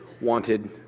wanted